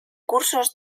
cursos